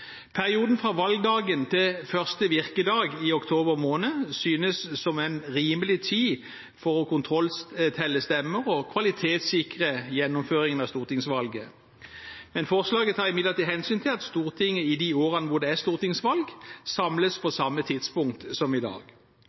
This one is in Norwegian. Perioden fra valgdagen til første virkedag i oktober måned synes som en rimelig tid for å kontrolltelle stemmer og kvalitetssikre gjennomføringen av stortingsvalget. Men forslaget tar imidlertid hensyn til at Stortinget i de årene hvor det er stortingsvalg, bør samles på samme tidspunkt som i dag.